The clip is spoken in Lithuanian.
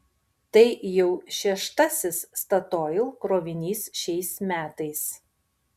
tai jau šeštasis statoil krovinys šiais metais